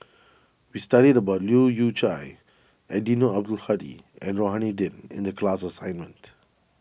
we studied about Leu Yew Chye Eddino Abdul Hadi and Rohani Din in the class assignment